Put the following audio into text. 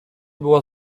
była